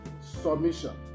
submission